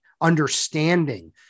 understanding